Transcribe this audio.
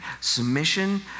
Submission